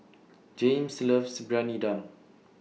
Jaymes loves Briyani Dum